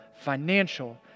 financial